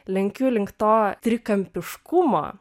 lenkiu link to trikampiškumo